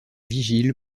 vigile